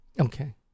Okay